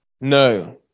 No